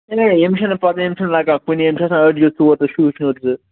ہے یِم چھِنہٕ پَتہٕ یِم چھِنہٕ لگان کُنے یِم چھِ آسان أڈجے ژور تہٕ شُشنور زٕ